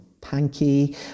Panky